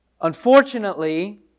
Unfortunately